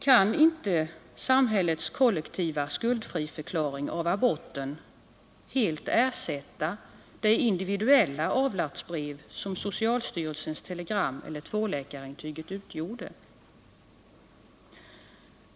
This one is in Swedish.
Kan inte samhällets kollektiva skuldfriförklaring av aborten helt ersätta det individuella avlatsbrev som socialstyrelsens telegram eller tvåläkarintyget utgjorde?